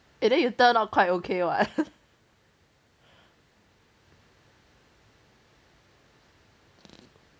eh then you turned out quite okay [what]